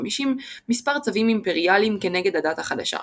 מספר צווים אימפריאליים כנגד הדת החדשה.